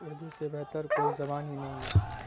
اردو سے بہتر کوئی زبان ہی نہیں ہے